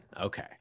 Okay